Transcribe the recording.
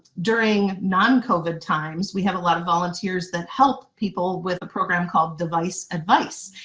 during non-covid times we have a lot of volunteers that help people with a program called device advice.